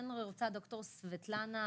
ד"ר סבטלנה,